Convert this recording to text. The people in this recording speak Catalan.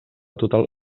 total